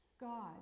God